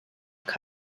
been